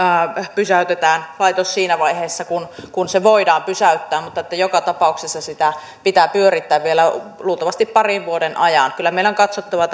pysäytetään siinä vaiheessa kun kun se voidaan pysäyttää mutta joka tapauksessa sitä pitää pyörittää vielä luultavasti parin vuoden ajan kyllä meidän on katsottava